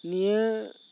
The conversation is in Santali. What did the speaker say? ᱱᱤᱭᱟᱹ